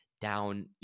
down